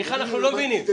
מיכל, אנחנו לא מבינים.